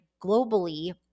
globally